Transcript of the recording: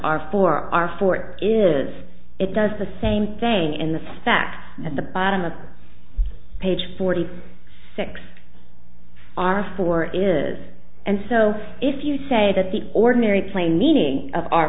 our four are for it is it does the same thing in the stack at the bottom of page forty six are for it is and so if you say that the ordinary plain meaning of our